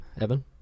Evan